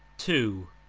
to.